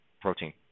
protein